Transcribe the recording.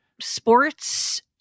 sports